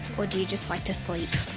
or do you just like to sleep?